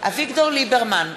אביגדור ליברמן,